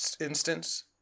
instance